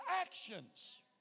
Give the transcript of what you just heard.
actions